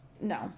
no